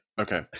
Okay